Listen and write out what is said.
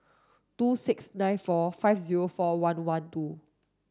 two six nine four five zero four one one two